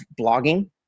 blogging